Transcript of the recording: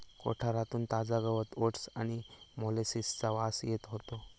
कोठारातून ताजा गवत ओट्स आणि मोलॅसिसचा वास येत होतो